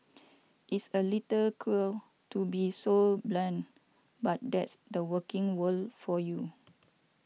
it's a little cruel to be so blunt but that's the working world for you